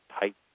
tight